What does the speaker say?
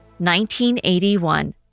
1981